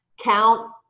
count